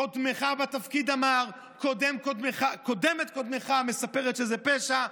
קודמך בתפקיד אמר, וקודמת קודמך מספרת שזה פשע.